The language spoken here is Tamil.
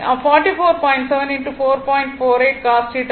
48 cos θ ஆகும்